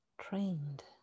trained